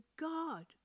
God